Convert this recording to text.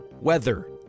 weather